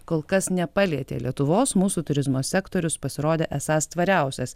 kol kas nepalietė lietuvos mūsų turizmo sektorius pasirodė esąs tvariausias